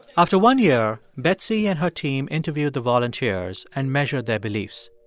after one year, betsy and her team interviewed the volunteers and measured their beliefs.